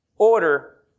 Order